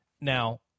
Now